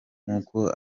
nk’uko